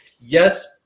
yes